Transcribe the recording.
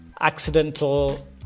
accidental